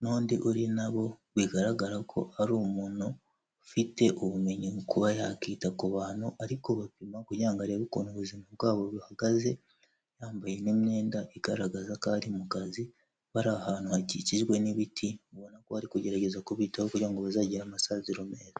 n'undi uri nabo bigaragara ko ari umuntu ufite ubumenyi mu kuba yakita ku bantu ari kubapima kugira ngo arebe ukuntu ubuzima bwabo buhagaze yambaye n'imyenda igaragaza ko ari mu kazi bari ahantu hakikijwe n'ibiti ubona ko bari kugerageza kubitaho kugira ngo bazagire amasaziro meza.